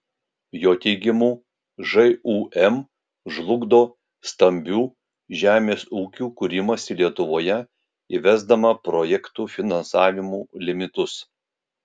jo teigimu žūm žlugdo stambių žemės ūkių kūrimąsi lietuvoje įvesdama projektų finansavimo limitus